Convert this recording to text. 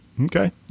Okay